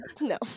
No